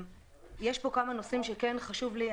יש כאן כמה נושאים שכן חשוב לי.